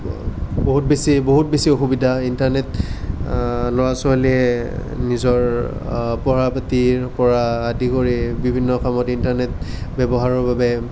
বহুত বেছি বহুত বেছি অসুবিধা ইন্টাৰনেট ল'ৰা ছোৱালীয়ে নিজৰ পঢ়া পাতিৰ পৰা আদি কৰি বিভিন্ন কামত ইন্টাৰনেট ব্যৱহাৰৰ বাবে